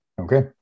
Okay